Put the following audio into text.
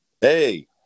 Hey